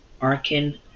Arkin